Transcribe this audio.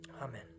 Amen